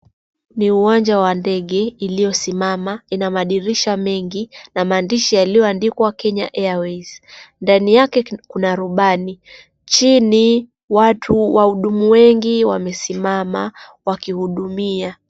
Ni uwanja wa ndege iliosimama. Ina madirisha mengi na maandishi yaliyoandikwa Kenya Airways . Ndani yake kuna rubani. Chini wahudumu wengi wamesimama wakihudumia.